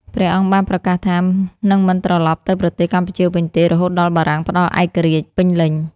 ព្រះអង្គបានប្រកាសថា នឹងមិនត្រឡប់ទៅប្រទេសកម្ពុជាវិញទេ រហូតដល់បារាំងផ្ដល់ឯករាជ្យពេញលេញ។